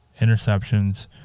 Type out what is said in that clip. interceptions